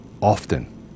often